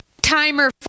timer